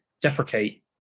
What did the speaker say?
deprecate